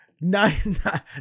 nine